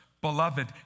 Beloved